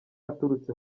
aturutse